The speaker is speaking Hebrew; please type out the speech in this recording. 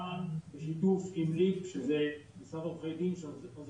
מען בשיתוף עם ליפ שזה נשרד עורכי דין שעוזר